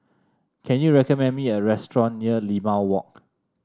can you recommend me a restaurant near Limau Walk